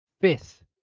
Fifth